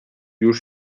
już